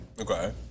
Okay